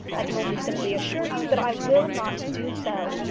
i can only simply assure you that i will not do so,